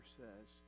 says